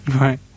Right